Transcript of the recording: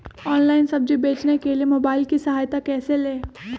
Online सब्जी बेचने के लिए मोबाईल की सहायता कैसे ले?